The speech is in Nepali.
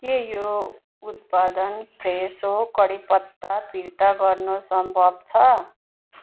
के यो उत्पादन फ्रेसो कडीपत्ता फिर्ता गर्न सम्भव छ